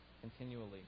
continually